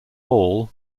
all